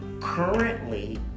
Currently